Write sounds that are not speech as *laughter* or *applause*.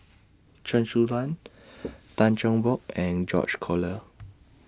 Chen Su Lan Tan *noise* Cheng Bock and George Collyer